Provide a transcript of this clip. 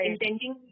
intending